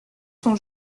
son